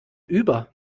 über